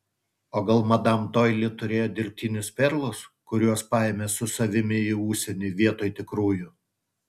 o gal madam doili turėjo dirbtinius perlus kuriuos paėmė su savimi į užsienį vietoj tikrųjų